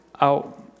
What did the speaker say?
out